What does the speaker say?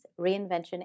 reinvention